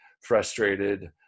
frustrated